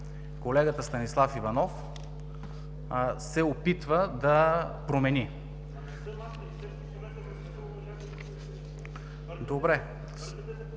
колегата Станислав Иванов се опитва да промени.